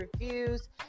reviews